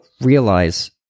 realize